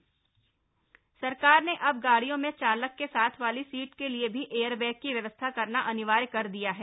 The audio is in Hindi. एयरबैग अनिवार्य सरकार ने अब गाड़ियों में चालक के साथ वाली सीट के लिए भी एयरबैग की व्यवस्था करना अनिवार्य कर दिया है